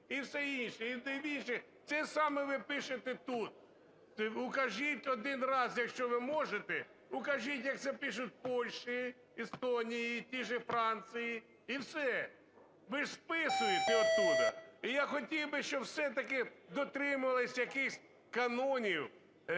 і все інше. І тим більше, це саме ви пишете тут. Укажіть один раз, якщо ви можете, укажіть, як це пишуть у Польщі, Естонії, у тій же Франції. Ви ж списуєте оттуда. І я хотів би, щоб все-таки дотримувалися якихось канонів